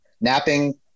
napping